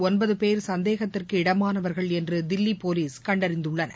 ஜவஹர்லால் பேர் சந்தேகத்திற்கு இடமானவர்கள் என்றுதில்லிபோலீஸ் கண்டறிந்துள்ளனர்